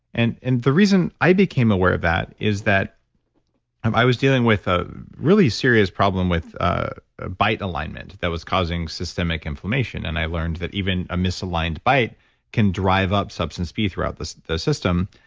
and and the reason i became aware of that is that i was dealing with a really serious problem with ah a bite alignment that was causing systemic inflammation. and i learned that even a misaligned bite can drive up substance p throughout the system.